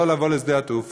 לא לבוא לשדה-התעופה,